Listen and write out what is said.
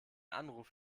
anruf